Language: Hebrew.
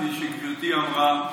כפי שגברתי אמרה,